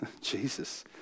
Jesus